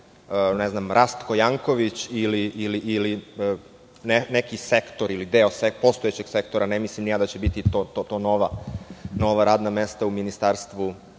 ne znam Rastko Janković, ili neki sektor, ili deo postojećeg sektora, ne mislim ni ja da će to biti nova radna mesta u Ministarstvu